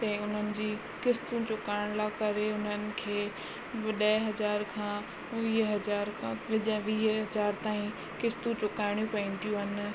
त उन्हनि जी क़िस्तियूं चुकाइण लाइ करे उन्हनि खे ॾह हज़ार खां वीह हज़ार खां वीह हज़ार ताईं क़िस्तूं चुकाइणियूं पवंदियूं आहिनि